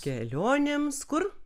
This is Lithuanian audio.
kelionėms kur